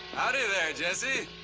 howdy, there, jesse.